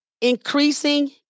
increasing